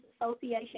Association